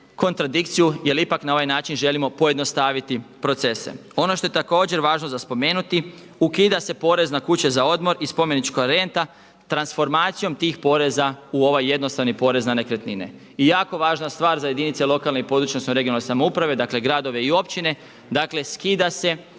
kontradikciju jer ipak na ovaj način želimo pojednostaviti procese. Ono što je također važno za spomenuti, ukida se porez na kuće za odmor i spomenička renta, transformacijom tih poreza u ovaj jednostrani porez na nekretnine. I jako važna stvar za jedinice lokalne, područne (regionalne) samouprave, dakle gradove i općine, dakle skida se